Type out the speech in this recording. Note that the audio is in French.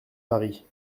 paris